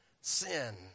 sin